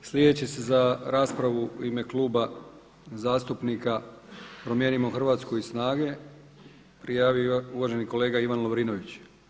Sljedeći se za raspravu u ime Kluba zastupnika Promijenimo Hrvatsku i SNAGA-e prijavo uvaženi kolega Ivan Lovrinović.